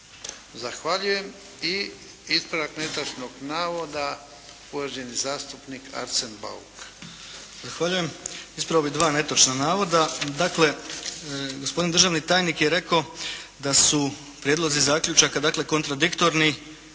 Zahvaljujem. I ispravak netočno navoda uvaženi zastupnik Arsen Bauk.